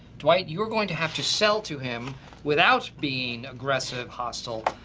dwight, you are going to have to sell to him without being aggressive, hostile,